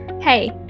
Hey